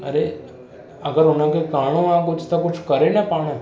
अरे अगरि हुन खे करणो आहे कुझु त कुझु त करे न पाण